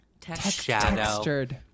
textured